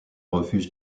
refuse